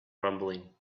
rumbling